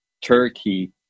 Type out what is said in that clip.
turkey